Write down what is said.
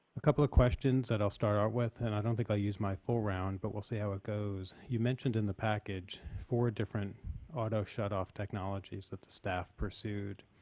a couple of questions that i'll start out with, and i don't think i'll use my full round, but we'll see how it goes. you mentioned in the package four different auto shut-off technologies that the staff pursued.